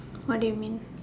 what do you mean